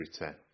return